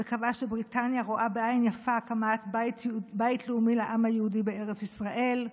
וקבעה שבריטניה רואה בעין יפה הקמת בית לאומי לעם היהודי בארץ ישראל,